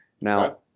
Now